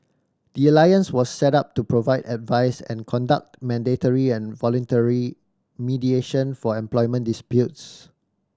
the alliance was set up to provide advice and conduct mandatory and voluntary mediation for employment disputes